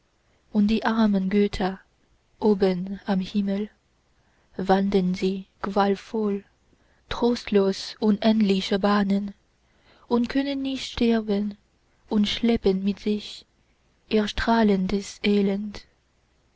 und die armen götter oben am himmel wandeln sie qualvoll trostlos unendliche bahnen und können nicht sterben und schleppen mit sich ihr strahlendes elend